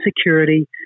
security